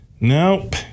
Nope